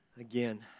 again